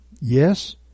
yes